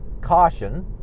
caution